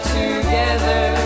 together